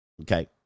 okay